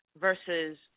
versus